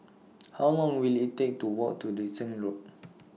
How Long Will IT Take to Walk to Dickson Road